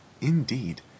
indeed